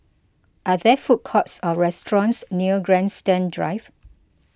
are there food courts or restaurants near Grandstand Drive